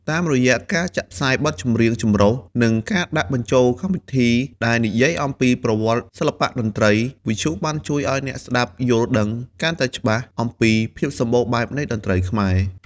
តាមរយៈការចាក់ផ្សាយបទចម្រៀងចម្រុះ និងការដាក់បញ្ចូលកម្មវិធីដែលនិយាយអំពីប្រវត្តិសិល្បៈតន្ត្រី វិទ្យុបានជួយឲ្យអ្នកស្តាប់យល់ដឹងកាន់តែច្បាស់អំពីភាពសម្បូរបែបនៃតន្ត្រីខ្មែរ។